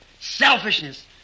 selfishness